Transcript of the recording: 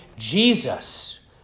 Jesus